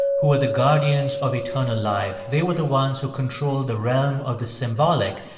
who were the guardians of eternal life. they were the ones who controlled the realm of the symbolic,